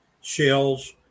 shells